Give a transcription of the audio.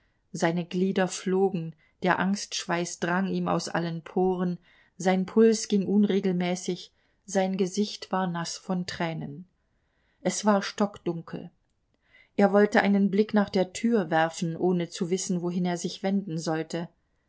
seine glieder flogen der angstschweiß drang ihm aus allen poren sein puls ging unregelmäßig sein gesicht war naß von tränen es war stockdunkel er wollte einen blick nach der tür werfen ohne zu wissen wohin er sich wenden sollte